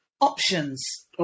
options